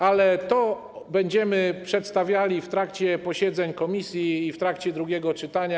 Ale to będziemy przedstawiali w trakcie posiedzeń komisji i w trakcie drugiego czytania.